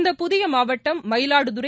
இந்த புதிய மாவட்டம் மயிலாடுதுறை